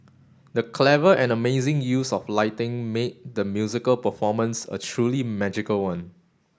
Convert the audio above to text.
the clever and amazing use of lighting made the musical performance a truly magical one